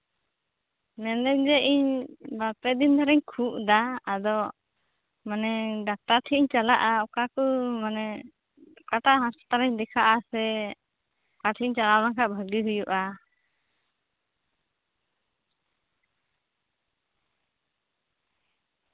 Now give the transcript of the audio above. ᱢᱮᱱᱫᱤᱧ ᱡᱮ ᱤᱧ ᱵᱟᱨᱯᱮ ᱫᱤᱱ ᱫᱷᱚᱨᱮᱧ ᱠᱷᱩᱜ ᱫᱟ ᱟᱫᱚ ᱢᱟᱱᱮ ᱰᱟᱠᱛᱟᱨ ᱴᱷᱮᱡ ᱤᱧ ᱪᱟᱞᱟᱜᱼᱟ ᱚᱠᱟ ᱠᱚ ᱢᱟᱱᱮ ᱚᱠᱟᱴᱟᱜ ᱦᱟᱸᱥᱯᱟᱛᱟᱞ ᱨᱤᱧ ᱫᱮᱠᱷᱟᱜᱼᱟ ᱥᱮ ᱚᱠᱟᱴᱷᱮᱱᱤᱧ ᱪᱟᱞᱟᱣ ᱞᱮᱱᱠᱷᱟᱱ ᱵᱷᱟᱞᱤ ᱦᱩᱭᱩᱜᱼᱟ